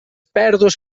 pèrdues